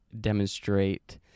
demonstrate